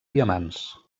diamants